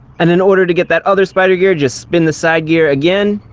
and in order to get that other spider gear, just spin the side gear again.